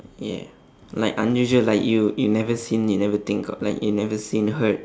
ya like unusual like you you never seen it never think of like you never seen heard